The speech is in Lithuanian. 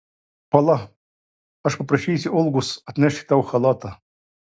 pala aš paprašysiu olgos atnešti tau chalatą